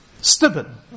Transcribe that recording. stubborn